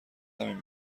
همین